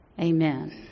Amen